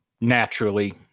naturally